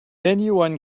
anyone